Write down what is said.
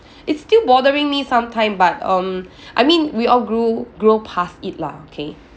it's still bothering me sometime but um I mean we all grew grow past it lah okay